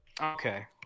Okay